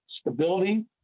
stability